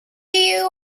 you